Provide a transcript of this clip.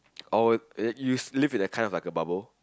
oh you sleep it kind of like a bubble